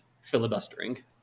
filibustering